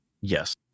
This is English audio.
Yes